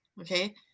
Okay